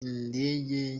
indege